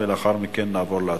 ולאחר מכן נעבור להצבעה.